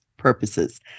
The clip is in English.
Purposes